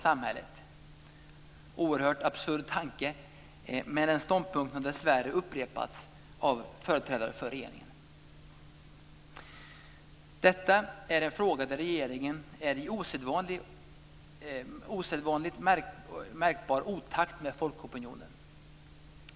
Det är en oerhört absurd tanke, men en ståndpunkt som dessvärre upprepats av företrädare för regeringen. Detta är en fråga där regeringen är i osedvanligt märkbar otakt med folkopinionen.